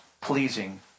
pleasing